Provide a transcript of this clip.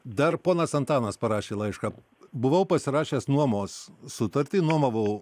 dar ponas antanas parašė laišką buvau pasirašęs nuomos sutartį nuomavau